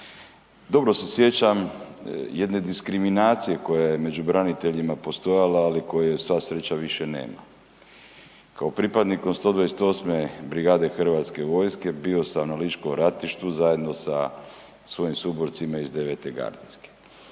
dobro se sjećam jedne diskriminacije koja je među braniteljima postojala ali koje sva sreća više nema. Kako pripadnik 128. brigade Hrvatske vojske bio sam na ličkom ratištu zajedno sa svojim suborcima iz 9.-te gardijske,